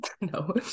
No